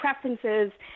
preferences